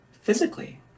physically